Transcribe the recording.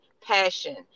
passion